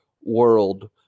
world